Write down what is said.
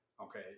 okay